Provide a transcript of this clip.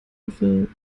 löffel